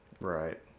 Right